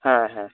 হ্যাঁ হ্যাঁ